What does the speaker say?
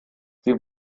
sie